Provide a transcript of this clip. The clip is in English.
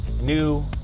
new